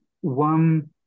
one